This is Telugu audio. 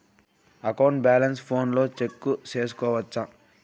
అకౌంట్ బ్యాలెన్స్ ఫోనులో చెక్కు సేసుకోవచ్చా